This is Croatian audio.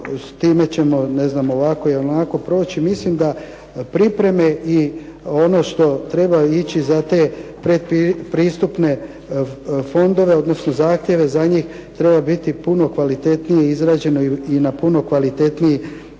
S time ćemo ne znam ovako i onako proći. Mislim da pripreme i ono što treba ići za te pretpristupne fondove, odnosno zahtjeve za njih, treba biti puno kvalitetnije izrađeno i na puno kvalitetniji način